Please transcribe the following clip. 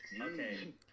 Okay